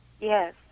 Yes